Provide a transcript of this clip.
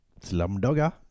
Slumdogger